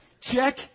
Check